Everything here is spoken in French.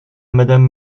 madame